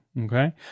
okay